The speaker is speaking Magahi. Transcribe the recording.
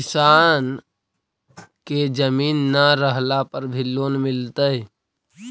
किसान के जमीन न रहला पर भी लोन मिलतइ?